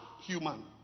human